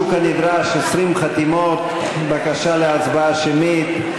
הוגשו כנדרש 20 חתימות, בקשה להצבעה שמית.